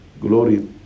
Glory